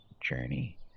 journey